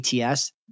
ATS